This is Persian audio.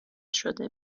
شده